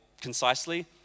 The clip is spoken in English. concisely